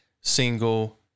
single